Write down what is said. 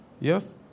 yes